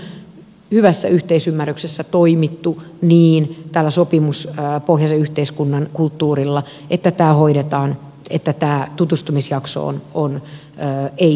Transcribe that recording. siinähän on hyvässä yhteisymmärryksessä toimittu niin tällä sopimuspohjaisen yhteiskunnan kulttuurilla että tämä tutustumisjakso on ei työsopimuspohjainen